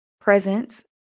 presence